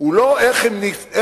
הוא לא איך היא נחלצת